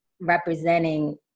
representing